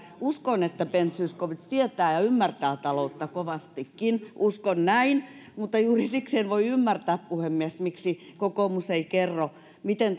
uskon että ben zyskowicz tietää ja ymmärtää taloutta kovastikin uskon näin mutta juuri siksi en voi ymmärtää puhemies miksi kokoomus ei kerro miten